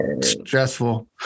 stressful